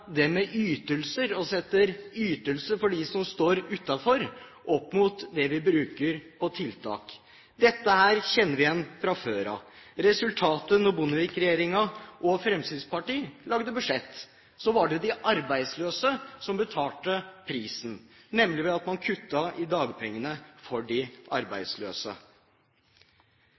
det med ytelser, og setter ytelser for dem som står utenfor, opp mot det vi bruker på tiltak. Dette kjenner vi igjen fra før. Resultatet da Bondevik-regjeringen og Fremskrittspartiet lagde budsjett, var at de arbeidsløse betalte prisen, nemlig ved at man kuttet i dagpengene for de arbeidsløse.